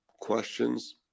questions